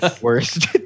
worst